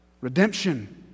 Redemption